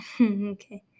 okay